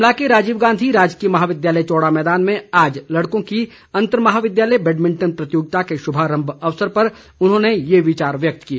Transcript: शिमला के राजीव गांधी राजकीय महाविद्यालय चौड़ा मैदान में आज लड़कों की अंतर महाविद्यालय बैडमिंटन प्रतियोगिता के शुभारंभ अवसर पर उन्होंने ये विचार व्यक्त किए